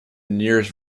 nearest